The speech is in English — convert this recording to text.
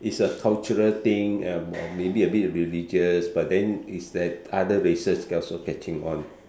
is a cultural thing and uh maybe a bit of religious but then it's that other races also catching on